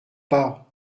pas